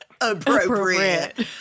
Appropriate